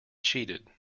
cheated